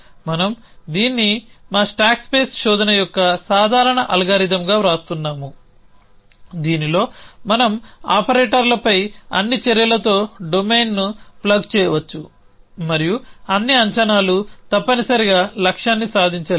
మనం దీన్ని మా స్టాక్ స్పేస్ శోధన యొక్క సాధారణ అల్గారిథమ్గా వ్రాస్తున్నాము దీనిలో మనం ఆపరేటర్లపై అన్ని చర్యలతో డొమైన్ను ప్లగ్ చేయవచ్చు మరియు అన్ని అంచనాలు తప్పనిసరిగా లక్ష్యాన్ని సాధించలేవు